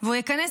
והיא ממשיכה: